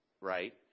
right